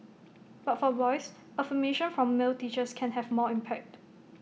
but for boys affirmation from male teachers can have more impact